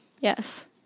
Yes